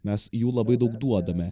mes jų labai daug duodame